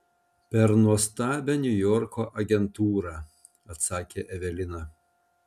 per nuostabią niujorko agentūrą atsakė evelina